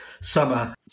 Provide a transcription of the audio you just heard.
Summer